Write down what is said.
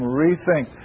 rethink